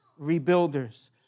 rebuilders